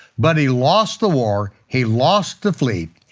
but he lost the war, he lost the fleet,